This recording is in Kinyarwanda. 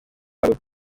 baba